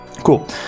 Cool